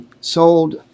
sold